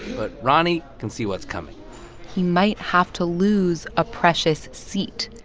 but roni can see what's coming he might have to lose a precious seat.